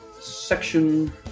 section